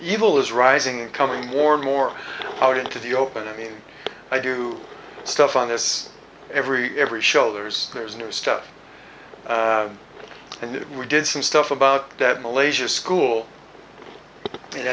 evil is rising and coming more and more out into the open i mean i do stuff on this every every shoulders there's new stuff and we did some stuff about that malaysia school and